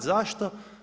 Zašto?